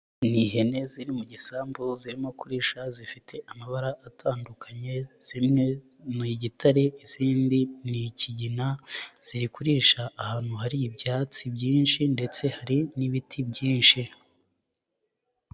Ni ihene ziri mu gisambu zirimo kurisha zifite amabara atandukanye, zimwe ni igitare izindi ni ikigina, ziri kurisha ahantu hari ibyatsi byinshi ndetse hari n'ibiti byinshi.